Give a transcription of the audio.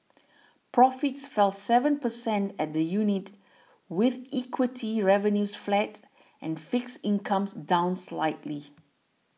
profits fell seven percent at the unit with equity revenues flat and fixed incomes down slightly